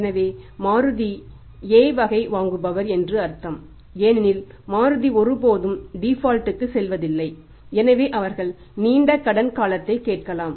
எனவே மாருதி A வகை வாங்குபவர் என்று அர்த்தம் ஏனெனில் மாருதி ஒருபோதும் டிபால்ட் க்கு செல்லப்போவதில்லை எனவே அவர்கள் நீண்ட கடன் காலத்தைக் கேட்கலாம்